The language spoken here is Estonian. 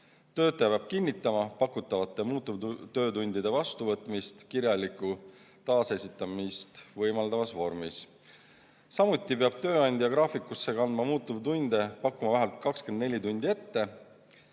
Töötaja peab kinnitama pakutavate muutuvtöötundide vastuvõtmist kirjalikku taasesitamist võimaldavas vormis. Samuti peab tööandja graafikusse kantud muutuvtunde pakkuma vähemalt 24 tundi ette.